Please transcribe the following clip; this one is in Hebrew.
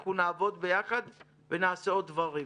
ואנחנו נעבוד ביחד ונעשה עוד דברים.